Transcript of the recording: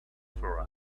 for